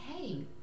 Hey